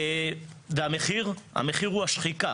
והמחיר, המחיר הוא השחיקה,